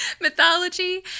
mythology